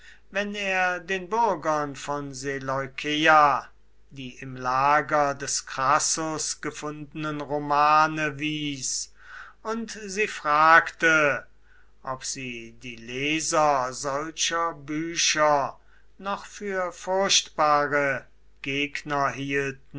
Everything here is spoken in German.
wenn er den bürgern von seleukeia die im lager des crassus gefundenen romane wies und sie fragte ob sie die leser solcher bücher noch für furchtbare gegner